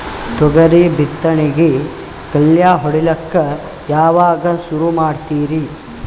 ತೊಗರಿ ಬಿತ್ತಣಿಕಿಗಿ ಗಳ್ಯಾ ಹೋಡಿಲಕ್ಕ ಯಾವಾಗ ಸುರು ಮಾಡತೀರಿ?